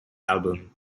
album